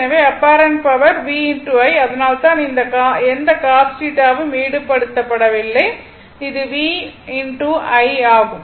எனவே apparent power V I அதனால் எந்த cos θ வும் ஈடுபடவில்லை அது V I ஆகும்